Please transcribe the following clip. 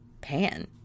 Pan